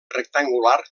rectangular